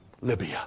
Libya